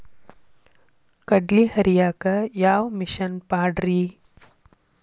ಕಡ್ಲಿ ಹರಿಯಾಕ ಯಾವ ಮಿಷನ್ ಪಾಡ್ರೇ?